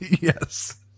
Yes